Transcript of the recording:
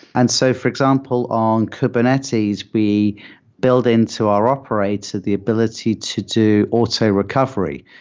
and so for example, on kubernetes, we build in to our operator the ability to do auto recovery.